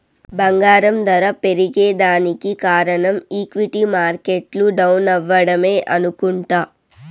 బంగారం దర పెరగేదానికి కారనం ఈక్విటీ మార్కెట్లు డౌనవ్వడమే అనుకుంట